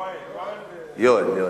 יואל.